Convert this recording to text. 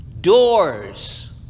doors